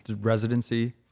residency